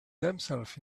themselves